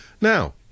Now